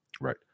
Right